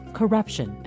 corruption